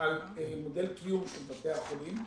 על מודל קיום של בתי החולים.